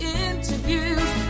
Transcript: interviews